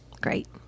Great